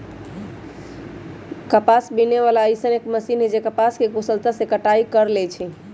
कपास बीने वाला अइसन एक मशीन है जे कपास के कुशलता से कटाई कर लेई छई